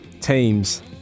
teams